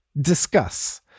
discuss